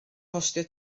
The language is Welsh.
costio